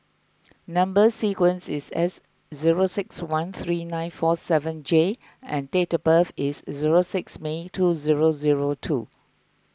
Number Sequence is S zero six one three nine four seven J and date of birth is zero six May two zero zero two